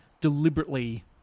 deliberately